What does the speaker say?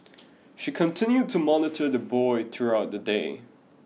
she continued to monitor the boy throughout the day